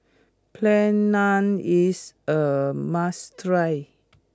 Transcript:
Plain Naan is a must try